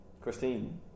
christine